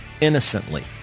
innocently